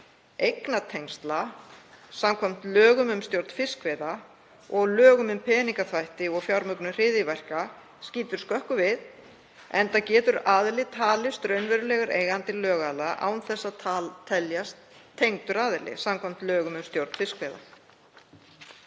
eignatengsla samkvæmt lögum um stjórn fiskveiða og lögum um peningaþvætti og fjármögnun hryðjuverka skýtur skökku við, enda getur aðili talist raunverulegur eigandi lögaðila án þess að teljast „tengdur aðili“ samkvæmt lögum um stjórn fiskveiða.